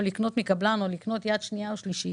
לקנות מקבלן או לקנות יד שנייה או יד שלישית